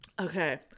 Okay